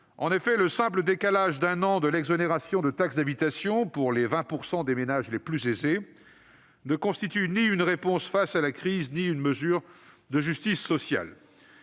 En effet, le simple décalage d'un an de l'exonération de taxe d'habitation pour les 20 % des ménages les plus aisés ne constitue ni une réponse face à la crise ni une mesure de justice sociale.